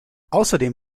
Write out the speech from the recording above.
außerdem